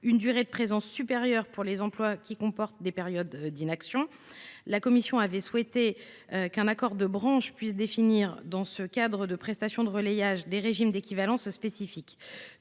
une durée de présence supérieure pour les emplois qui comportent des périodes d’inaction. La commission avait souhaité qu’un accord de branche puisse définir, dans ce cadre de prestations de relayage, des régimes d’équivalence spécifiques.